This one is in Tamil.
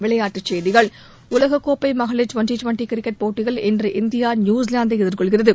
விளையாட்டுச் செய்திகள் உலக கோப்பை மகளிர் டுவெண்ட்டி டுவெண்ட்டி கிரிக்கெட் போட்டியில் இன்று இந்தியா நியூசிலாந்தை எதிர்கொள்கிறது